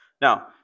Now